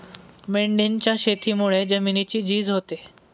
मेंढीच्या शेतीमुळे जमिनीची झीज होते